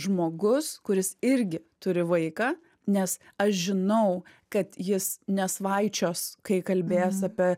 žmogus kuris irgi turi vaiką nes aš žinau kad jis nesvaičios kai kalbės apie